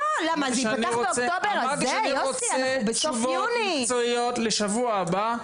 אמרתי שאני רוצה תשובות מקצועיות לשבוע הבא.